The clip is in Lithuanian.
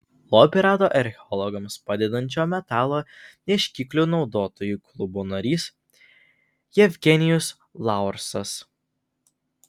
lobį rado archeologams padedančio metalo ieškiklių naudotojų klubo narys jevgenijus laursas